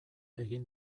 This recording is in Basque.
egin